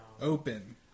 Open